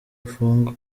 afungwa